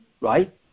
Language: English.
right